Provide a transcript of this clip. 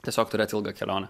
tiesiog turėti ilgą kelionę